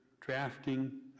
drafting